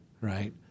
right